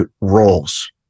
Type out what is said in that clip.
roles